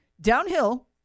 Downhill